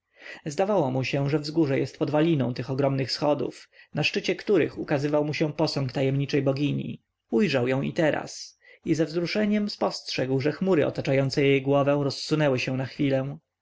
zdawało mu się że wzgórze jest podwaliną tych ogromnych schodów na szczycie których ukazywał mu się posąg tajemniczej bogini ujrzał ją i teraz i ze wzruszeniem spostrzegł że chmury otaczające jej głowę rozsunęły się na chwilę